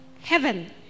heaven